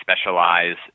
specialize